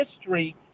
history